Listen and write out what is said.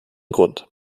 grund